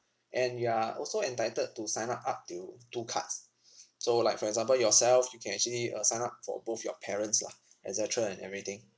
and you are also entitled to sign up up to two cards so like for example yourself you can actually uh sign up for both your parents lah et cetera and everything